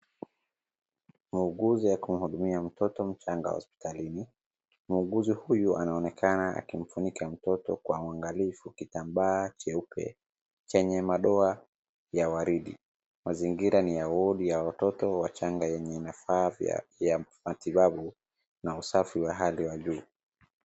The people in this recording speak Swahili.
Muuguzi akimhudumia mtoto mchanga hospitalini. Muuguzi huyu anaonekana akimfunika mtoto kwa uangalifu kitambaa cheupe chenye madoa ya waridi. Mazingira ni ya wodi ya watoto wachanga yenye inafaa ya matibabu na usafi wa hali wa juu.